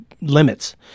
limits